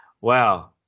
wow